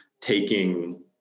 taking